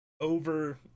Over